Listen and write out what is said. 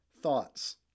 thoughts